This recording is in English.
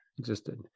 existed